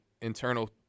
internal